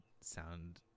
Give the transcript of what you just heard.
sound